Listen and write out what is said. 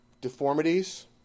deformities